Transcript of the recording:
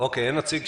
בגלל מדיניות